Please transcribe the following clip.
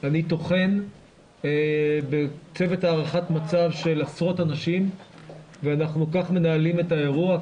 אני טוחן בצוות הערכת מצב של עשרות אנשים ואנחנו כך מנהלים את האירוע,